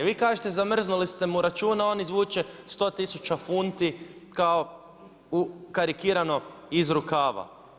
Vi kažete zamrznuli ste mu račune a on izvuče 10000 funti kao karikirano iz rukava.